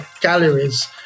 galleries